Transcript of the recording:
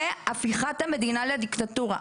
זה הפיכת המדינה לדיקטטורה.